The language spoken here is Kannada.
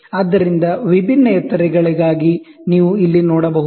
ಆದ್ದರಿಂದ ವಿಭಿನ್ನ ಎತ್ತರಗಳಿಗಾಗಿ ನೀವು ಇಲ್ಲಿ ನೋಡಬಹುದು